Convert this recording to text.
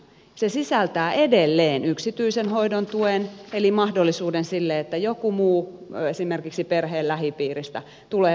se sisältää edelleen yksityisen hoidon tuen eli mahdollisuuden siihen että joku muu esimerkiksi perheen lähipiiristä tulee hoitamaan lasta